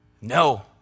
No